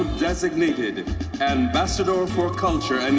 designated ambassador for culture and